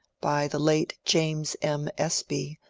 by the late james m. espy,